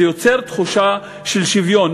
זה יוצר תחושה של שוויון.